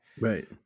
right